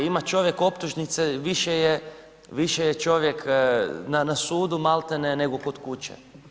Ima čovjek optužnice, više je čovjek na sudu malte ne nego kod kuće.